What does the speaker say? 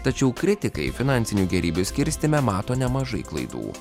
tačiau kritikai finansinių gėrybių skirstyme mato nemažai klaidų